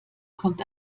kommt